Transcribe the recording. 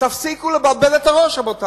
הלוואי.